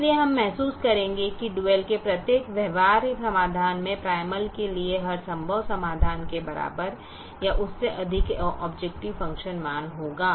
इसलिए हम महसूस करेंगे कि डुअल के प्रत्येक व्यवहार्य समाधान में प्राइमल के लिए हर संभव समाधान के बराबर या उससे अधिक एक ऑबजेकटिव फ़ंक्शन मान होगा